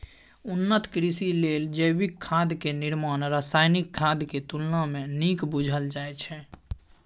उन्नत कृषि लेल जैविक खाद के निर्माण रासायनिक खाद के तुलना में नीक बुझल जाइ छइ